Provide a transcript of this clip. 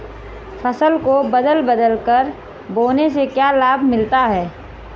फसल को बदल बदल कर बोने से क्या लाभ मिलता है?